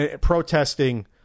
protesting